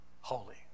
holy